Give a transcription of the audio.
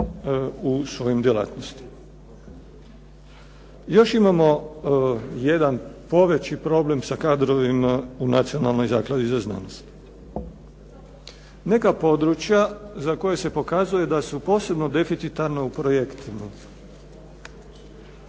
u svojim djelatnostima. Još imamo jedan poveći problem sa kadrovima u Nacionalnoj zakladi za znanost. Neka područja za koja se pokazuje da su posebno deficitarna u projektima